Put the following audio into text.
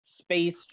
space